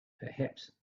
perhaps